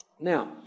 Now